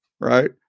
right